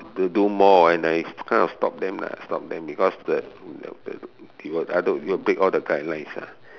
to do more and I kind of stop them lah I stop them because the the they will break all the guidelines lah